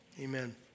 Amen